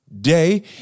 day